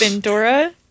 Dora